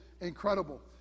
incredible